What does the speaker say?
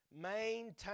maintain